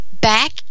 Back